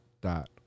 dot